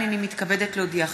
הנני מתכבדת להודיעכם,